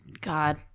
God